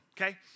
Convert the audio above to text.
okay